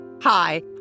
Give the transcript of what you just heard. Hi